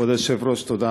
כבוד היושב-ראש, תודה